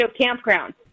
campground